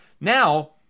Now